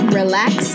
relax